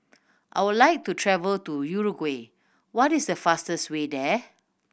I would like to travel to Uruguay what is the fastest way there